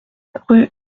rue